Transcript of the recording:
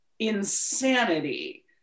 insanity